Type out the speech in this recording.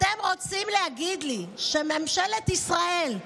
אתם רוצים להגיד לי שממשלת ישראל,